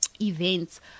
events